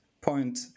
point